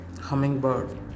Hummingbird